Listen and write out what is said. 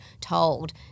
told